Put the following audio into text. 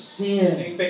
sin